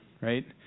right